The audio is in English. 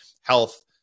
health